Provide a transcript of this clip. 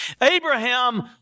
Abraham